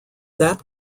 that